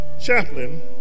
Chaplain